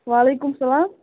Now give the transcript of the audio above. وعلیکُم السلام